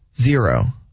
Zero